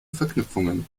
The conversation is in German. verknüpfungen